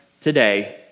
today